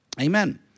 Amen